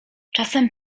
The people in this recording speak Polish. czasem